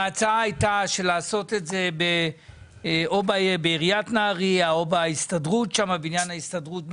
ההצעה הייתה לעשות את זה בעיריית נהריה או בבניין ההסתדרות בנהריה.